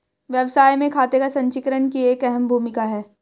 व्यवसाय में खाते का संचीकरण की एक अहम भूमिका है